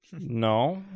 no